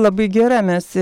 labai gera mes